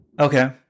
Okay